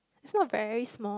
it's not very small